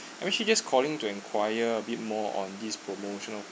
I am just calling to enquire a bit more on this promotional